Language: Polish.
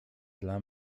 dla